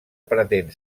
pretén